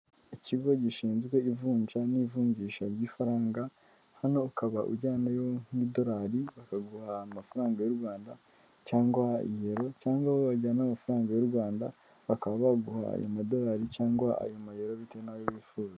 Ikigo gishinzwe ivunja n'ivunjisha ry'ifaranga hano ukaba ujyanayo nk'idolari bakaguha amafaranga y'u Rwanda cyangwa Iyero cyangwa aho wajyana amafaranga y'u Rwanda bakaba baguha ayo amadolari cyangwa ayo mayero bitewe n'ayo wifuza.